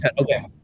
Okay